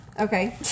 okay